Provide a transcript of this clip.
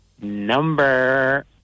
Number